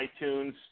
iTunes